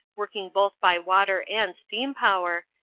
working both by water and steam power,